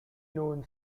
known